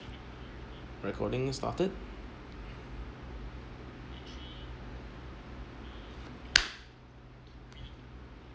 recording started